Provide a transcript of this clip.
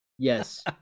Yes